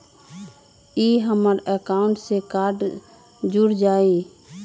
ई हमर अकाउंट से कार्ड जुर जाई?